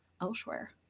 elsewhere